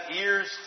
ears